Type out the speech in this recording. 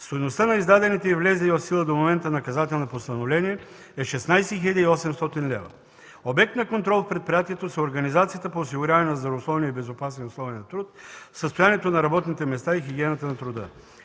Стойността на издадените и влезли в сила до момента наказателни постановления е 16 800 лв. Обект на контрол в предприятието са организацията по осигуряване на здравословни и безопасни условия на труд, състоянието на работните места и хигиената на труда.